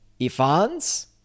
Ifans